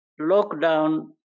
lockdown